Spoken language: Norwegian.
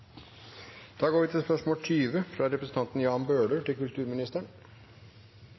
Da går vi tilbake til spørsmål 7. Dette spørsmålet, fra representanten Else-May Botten til